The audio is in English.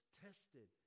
tested